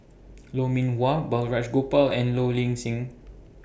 Lou Mee Wah Balraj Gopal and Low Ing Sing